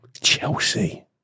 Chelsea